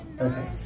Okay